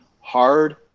hard